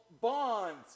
bonds